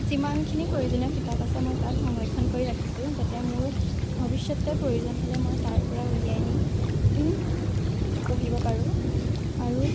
যিমানখিনি প্ৰয়োজনীয় কিতাপ আছে মই তাত সংৰক্ষণ কৰি ৰাখিছোঁ যাতে মোৰ ভৱিষ্যতে প্ৰয়োজন হ'লে মই তাৰপৰা উলিয়াই নি পঢ়িব পাৰোঁ আৰু